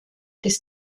des